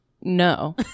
No